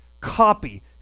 copy